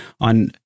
on